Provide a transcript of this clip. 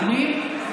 פנים?